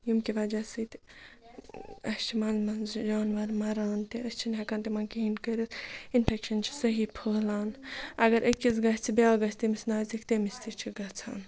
ییٚمکہِ وجہ سۭتۍ اَسہِ چھِ منٛزٕ منٛزٕ جاناوَار مران تہِ أسۍ چھِنہٕ ہٮ۪کان تِمَن کِہیٖنۍ کٔرِتھ اِنفٮ۪کشَن چھِ صحیح پھٔہلان اگر أکِس گژھِ بیٛاکھ گژھِ تٔمِس نزدیٖک تٔمِس تہِ چھِ گژھان